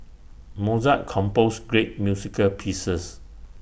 Mozart composed great musical pieces